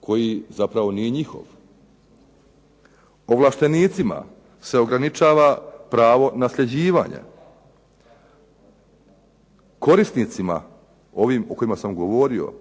koji zapravo nije njihov. Ovlaštenicima se ograničava pravo nasljeđivanja. Korisnicima ovim o kojima sam govorio